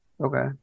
Okay